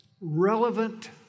relevant